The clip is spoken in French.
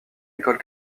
école